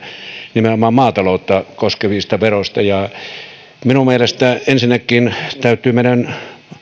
nimenomaan maataloutta koskevista veroista minun mielestäni ensinnäkin täytyy meidän